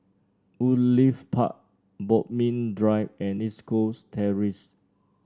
Woodleigh Park Bodmin Drive and East Coast Terrace